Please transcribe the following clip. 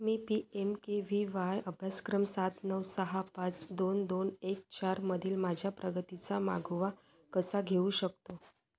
मी P M K V Y अभ्यासक्रम सात नऊ सहा पाच दोन दोन एक चारमधील माझ्या प्रगतीचा मागोवा कसा घेऊ शकतो